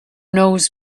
knows